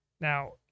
Now